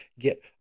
get